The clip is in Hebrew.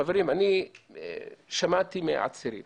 חברים, אני שמעתי מעצירים